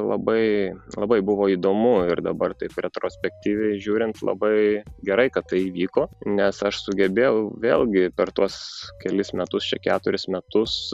labai labai buvo įdomu ir dabar taip retrospektyviai žiūrint labai gerai kad tai įvyko nes aš sugebėjau vėlgi per tuos kelis metus čia keturis metus